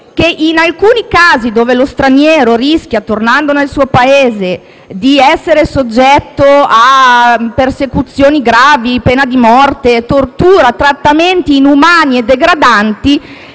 che nei casi in cui lo straniero, tornando nel suo Paese, rischia di essere soggetto a persecuzioni gravi, pena di morte, tortura o trattamenti inumani e degradanti,